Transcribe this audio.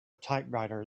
typewriter